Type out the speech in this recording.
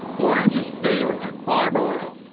orange is failing, like far below.